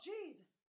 Jesus